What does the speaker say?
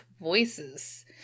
voices